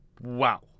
Wow